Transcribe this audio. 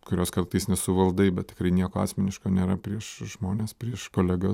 kurios kartais nesuvaldai bet tikrai nieko asmeniško nėra prieš žmones prieš kolegas